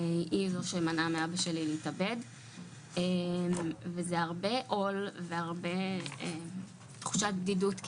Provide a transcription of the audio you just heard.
היא זו שמנעה מאבא שלי להתאבד וזה הרבה עול והרבה תחושת בדידות,